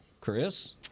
Chris